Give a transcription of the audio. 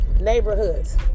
neighborhoods